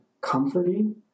comforting